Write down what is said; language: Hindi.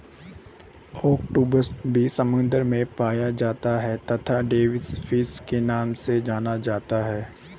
ऑक्टोपस भी समुद्र में पाया जाता है तथा डेविस फिश के नाम से जाना जाता है